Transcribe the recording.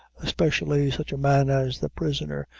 especially such a man as the prisoner,